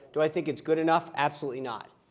do i think it's good enough? absolutely not.